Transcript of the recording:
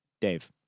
Dave